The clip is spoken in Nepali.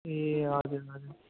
ए हजुर हजुर